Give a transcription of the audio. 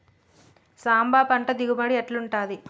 సాంబ పంట దిగుబడి ఎట్లుంటది?